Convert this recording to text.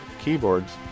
keyboards